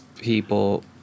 people